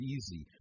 Easy